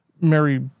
Mary